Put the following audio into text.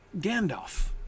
Gandalf